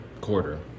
quarter